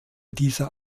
dieser